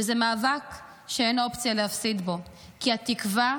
וזה מאבק שאין אופציה להפסיד בו כי התקווה,